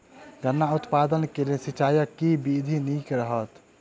गन्ना उत्पादन केँ लेल सिंचाईक केँ विधि नीक रहत?